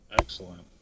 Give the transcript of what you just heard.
Excellent